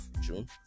June